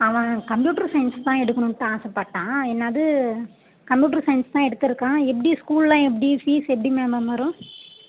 அவன் computer science தான் எடுக்கணுன்ட்டு ஆசைப்பட்டான் என்னது கம்ப்யூட்ரு சையின்ஸ் தான் எடுத்திருக்கான் எப்படி ஸ்கூலெல்லாம் எப்படி ஃபீஸ் எப்படி மேம் மேம் வரும்